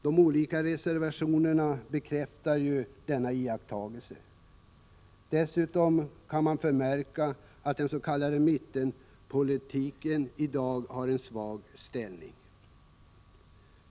De olika reservationerna bekräftar denna iakttagelse. Dessutom kan man förmärka att den s.k. mittenpolitiken i dag har en svag ställning.